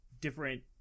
different